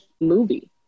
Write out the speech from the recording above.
movie